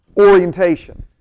orientation